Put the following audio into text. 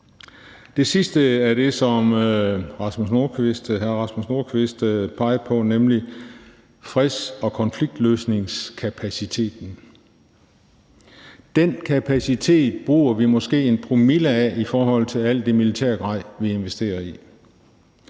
Det sidste er det, som hr. Rasmus Nordqvist pegede på, nemlig freds- og konfliktløsningskapaciteten. Den kapacitet bruger vi måske en promille af i forhold til alt det militærgrej, vi investerer i.